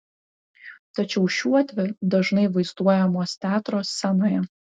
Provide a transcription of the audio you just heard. tačiau šiuodvi dažnai vaizduojamos teatro scenoje